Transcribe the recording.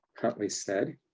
huntley said.